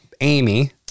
Amy